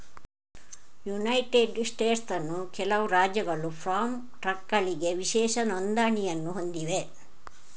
United ಸ್ಟೇಟ್ಸ್ನ ಕೆಲವು ರಾಜ್ಯಗಳು ಫಾರ್ಮ್ ಟ್ರಕ್ಗಳಿಗೆ ವಿಶೇಷ ನೋಂದಣಿಯನ್ನು ಹೊಂದಿವೆ